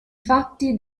fatti